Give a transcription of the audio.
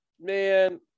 man